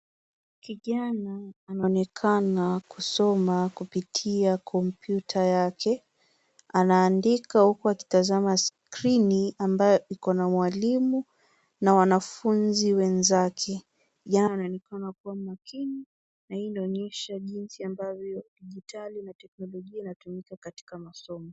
Kijana anaonekana kusoma kupitia kompyuta yake. Anaandika huku akitazama skrini ambayo Iko na mwalimu na wanafunzi wenzake. Kijana anaonekana kuwa makini na hii inaonyesha jinsi ambavyo dijitali na teknolojia inatumika katika masomo.